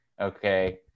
okay